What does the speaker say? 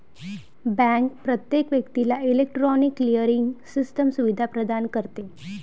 bank प्रत्येक व्यक्तीला electronic clearing system सुविधा प्रदान करते